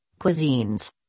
cuisines